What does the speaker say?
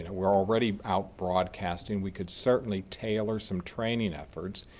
and we're already out broadcasting, we could certainly tailor some training efforts.